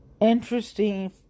Interesting